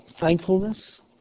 thankfulness